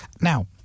Now